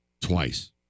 twice